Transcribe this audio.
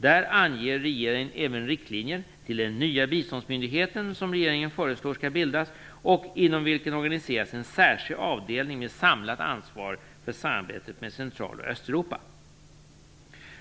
Där anger regeringen även riktlinjer till den nya biståndsmyndighet som regeringen föreslår skall bildas och inom vilken organiseras en särskild avdelning med samlat ansvar för samarbetet med Central och Östeuropa.